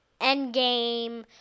Endgame